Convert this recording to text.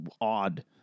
odd